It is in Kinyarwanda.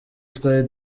twari